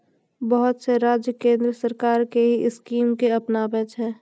बहुत से राज्य केन्द्र सरकार के ही स्कीम के अपनाबै छै